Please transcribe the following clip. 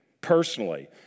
personally